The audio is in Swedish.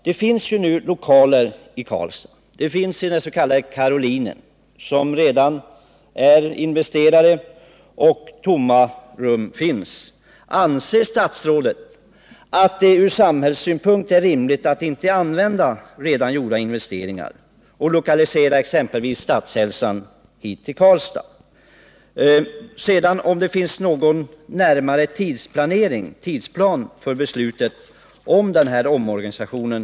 Det finns ju nu lokaler i Karlstad som det redan är investerat i — bl.a. finns den s.k. Karolinen — och tomma rum finns också. Anser statsrådet att det ur samhällssynpunkt sett är rimligt att inte använda redan gjorda investeringar och att lokalisera exempelvis Statshälsan till Karlstad? Sedan undrar jag om det finns någon närmare tidsplan för beslutet om den här omorganisationen.